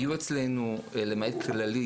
למעט כללית,